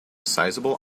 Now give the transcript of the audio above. sizable